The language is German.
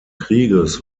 krieges